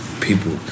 People